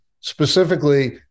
specifically